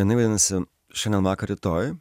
jinai vadinasi šiandien vakar rytoj